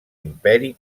imperi